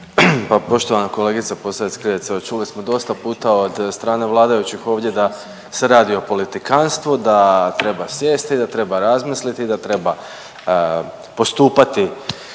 Pa poštovana kolegice Posavec-Krivec evo čuli smo dosta puta od strane vladajućih ovdje da se radi o politikanstvu, da treba sjesti, da treba razmisliti, da treba postupati